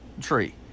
tree